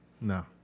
No